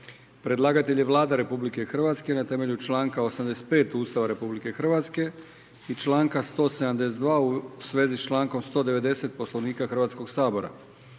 Predlagatelj je Vlada Republike Hrvatske na temelju članka 85. Ustava RH i članka 172. u svezi s člankom 190. Poslovnika Hrvatskog sabora.